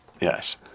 Yes